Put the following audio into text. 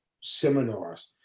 seminars